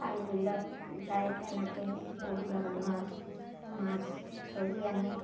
খাল বিলত যায় তেনেকেই বহু ধৰণৰ মাছ ধৰি আনে